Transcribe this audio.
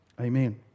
Amen